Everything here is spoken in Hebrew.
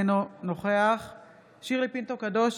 אינו נוכח שירלי פינטו קדוש,